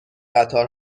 قطار